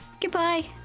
Goodbye